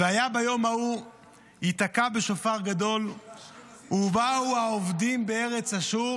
"והיה ביום ההוא יִתָּקע בשופר גדול ובאו האֹבדים בארץ אשור